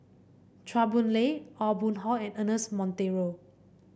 Chua Boon Lay Aw Boon Haw and Ernest Monteiro